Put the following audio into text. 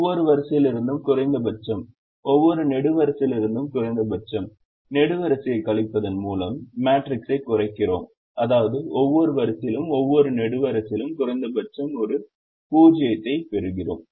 ஒவ்வொரு வரிசையிலிருந்தும் குறைந்தபட்சம் ஒவ்வொரு நெடுவரிசையிலிருந்தும் குறைந்தபட்சம் நெடுவரிசையை கழிப்பதன் மூலம் மேட்ரிக்ஸைக் குறைக்கிறோம் அதாவது ஒவ்வொரு வரிசையிலும் ஒவ்வொரு நெடுவரிசையிலும் குறைந்தபட்சம் ஒரு 0 ஐ பெறுகிறோம்